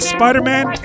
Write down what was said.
Spider-Man